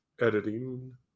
editing